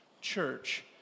Church